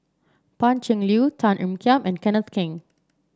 Pan Cheng Lui Tan Ean Kiam and Kenneth Keng